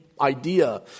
idea